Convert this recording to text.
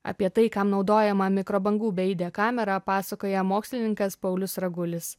apie tai kam naudojama mikrobangų beaidė kamera pasakoja mokslininkas paulius ragulis